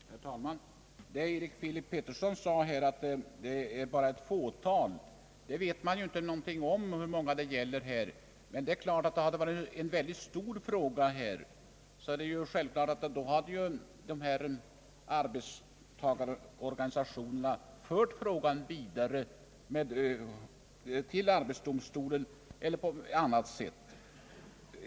Herr talman! Herr Erik Filip Petersson sade att det här inte bara gäller ett fåtal. Det vet man inte, Men det är uppenbart att hade detta varit en väldigt stor fråga, så hade arbetstagarorganisationerna redan fört frågan vidare till arbetsdomstolen eller fått den klarlagd på annat sätt.